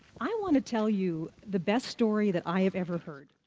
i want to tell you the best story that i have ever heard,